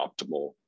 optimal